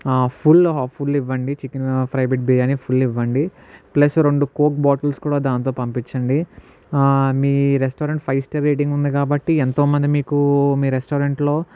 full full ఇవ్వండి chicken fry బిడ్ biryani full ఇవ్వండి ప్లస్ రెండు కోక్ బాటిల్స్ కూడా దానితో పంపించండి మీ రెస్టారెంట్ ఫైవ్ స్టార్ రేటింగ్ ఉంది కాబట్టి ఎంతో మంది మీకు మీ రెస్టారెంట్లో